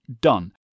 done